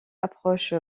approche